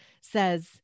says